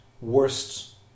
worst